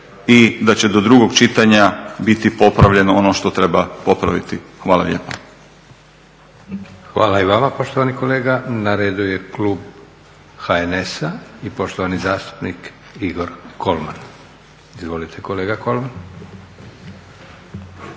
i da će do drugog čitanja biti popravljeno ono što treba popraviti. Hvala lijepa. **Leko, Josip (SDP)** Hvala i vama poštovani kolega. Na redu je klub HNS-a i poštovani zastupnik Igor Kolman. Izvolite kolega Kolman.